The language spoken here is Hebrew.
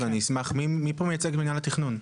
ואני אשמח, מי פה מייצג את מינהל התכנון?